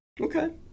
Okay